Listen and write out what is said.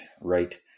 right